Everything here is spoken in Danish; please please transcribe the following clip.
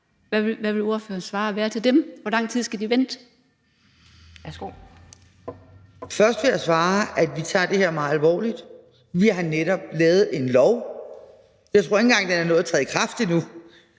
Anden næstformand (Pia Kjærsgaard): Værsgo. Kl. 11:50 Mette Gjerskov (S): Først vil jeg svare, at vi tager det her meget alvorligt. Vi har netop lavet en lov. Jeg tror ikke engang, at den har nået at træde i kraft endnu.